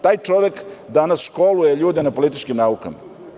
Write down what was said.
Taj čovek danas školuje ljude na političkim naukama.